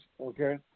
okay